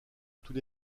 tous